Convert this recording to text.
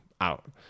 out